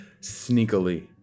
sneakily